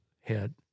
head